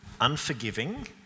unforgiving